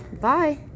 Bye